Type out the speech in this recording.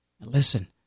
Listen